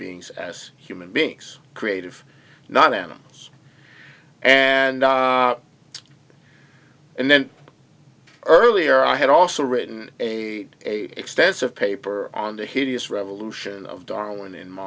beings as human beings creative not animals and and then earlier i had also written a a extensive paper on the hideous revolution of darwin in my